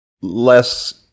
less